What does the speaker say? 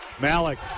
Malik